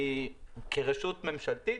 אני כרשות ממשלתית,